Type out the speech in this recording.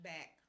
Back